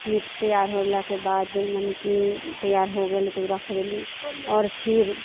meat तैआर होलाके बाद मने कि तैआर हो गेल तऽ राखि देली आओर खीर